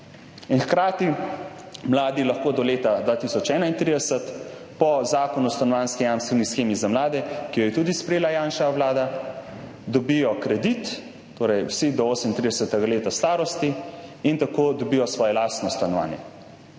In hkrati lahko mladi do leta 2031 po Zakonu o stanovanjski jamstveni shemi za mlade, ki jo je tudi sprejela Janševa vlada, dobijo kredit, vsi do 38. leta starosti, in tako dobijo svoje lastno stanovanje.